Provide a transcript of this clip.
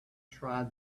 try